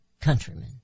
countrymen